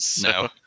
No